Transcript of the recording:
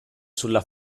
sulla